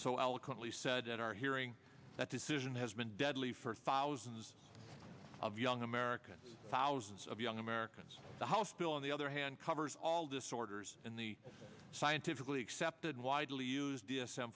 so eloquently said at our hearing that decision has been deadly for thousands of young americans thousands of young americans the hospital on the other hand covers all disorders and the scientifically accepted widely used d